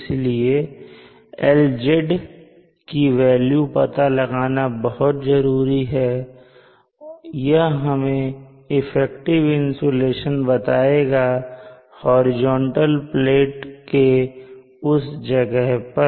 इसलिए LZ की value पता लगाना बहुत जरूरी है और यह हमें इफेक्टिव इंसुलेशन बताएगा हॉरिजॉन्टल प्लेट के उस जगह पर